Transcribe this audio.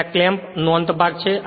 અને આ ક્લેમ્પ નો અંત ભાગ છે